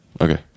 Okay